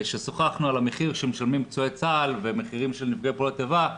ששוחחנו על המחיר שמשלמים פצועי צה"ל ומחירים של נפגעי פעולות איבה,